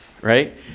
right